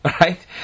right